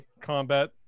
combat